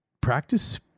practice